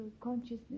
consciousness